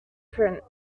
print